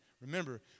Remember